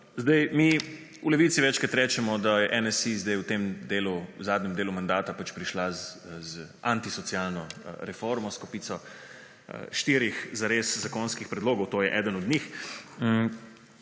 sabo. Mi v Levici večkrat rečemo, da NSi zdaj v tem delu, v zadnjem delu mandata pač prišla z antisocialno reformo s kopico štirih zares zakonski predlogov. To je eden od njih,